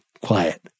quiet